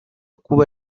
kuba